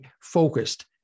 focused